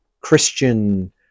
Christian